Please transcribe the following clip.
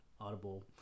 Audible